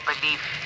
belief